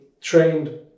trained